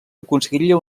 aconseguiria